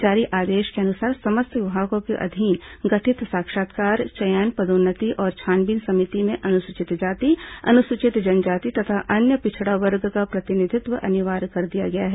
जारी आदेश के अनुसार समस्त विभागों के अधीन गठित साक्षात्कार चयन पदोन्नति और छानबीन समिति में अनुसूचित जाति अनुसूचित जनजाति तथा अन्य पिछड़ा वर्ग का प्रतिनिधित्व अनिवार्य कर दिया गया है